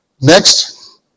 Next